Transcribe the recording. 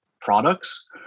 products